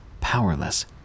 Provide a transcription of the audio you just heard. powerless